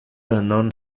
non